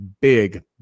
big